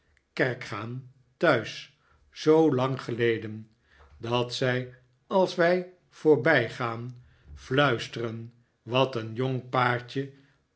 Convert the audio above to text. kerkgaan thuis zoo lang geleden dat zij als wij voorbijgaan fluisteren wat een jong paartje